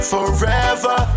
Forever